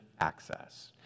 access